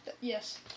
Yes